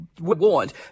warned